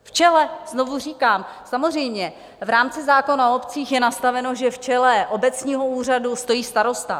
V čele znovu říkám, samozřejmě v rámci zákona o obcích je nastaveno, že v čele obecního úřadu stojí starosta.